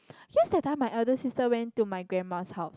just that time my elder sister went to my grandma's house